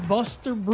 Buster